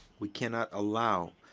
we cannot allow